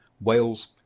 Wales